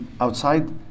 Outside